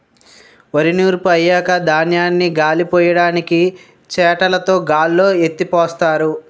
వరి నూర్పు అయ్యాక ధాన్యాన్ని గాలిపొయ్యడానికి చేటలుతో గాల్లో ఎత్తిపోస్తారు